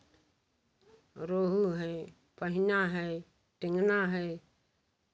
रोहू हैं पहिना है टेंगना है